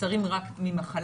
נוצרים רק ממחלה.